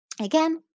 Again